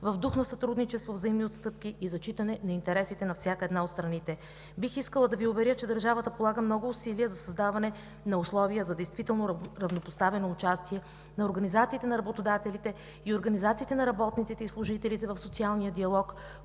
в дух на сътрудничество, взаимни отстъпки и зачитане на интересите на всяка една от страните. Бих искала да Ви уверя, че държавата полага много усилия за създаване на условия за действително равнопоставено участие на организациите на работодателите и организациите на работниците и служителите в социалния диалог,